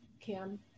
Kim